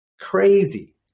Crazy